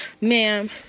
ma'am